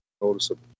noticeable